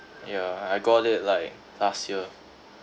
ya I got it like last year